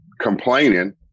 complaining